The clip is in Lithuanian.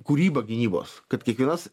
kūryba gynybos kad kiekvienas